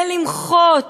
ולמחות.